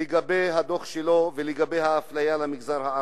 לגבי האפליה של המגזר הערבי.